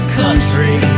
country